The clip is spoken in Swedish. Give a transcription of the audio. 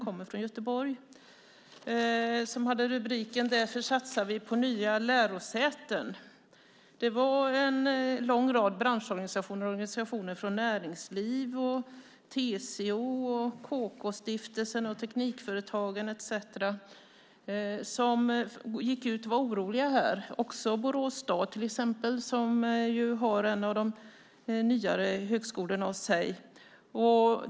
Den hade rubriken "Därför satsar vi på nya lärosäten". Det var en lång rad branschorganisationer från näringsliv, TCO, KK-stiftelsen, Teknikföretagen etcetera som gick ut och var oroliga. Det gäller också till exempel Borås stad, som har en av de nyare högskolorna hos sig.